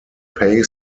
pay